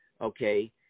okay